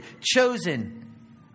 Chosen